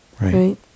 Right